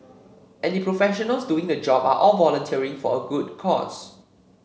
and the professionals doing the job are all volunteering for a good cause